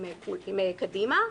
עם קדימה,